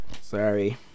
sorry